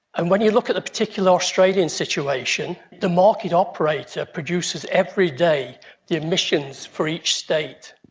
and when you look at the particular australian situation, the market operator produces every day the emissions for each state.